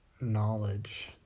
knowledge